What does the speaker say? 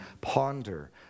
ponder